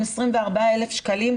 24,000 שקלים,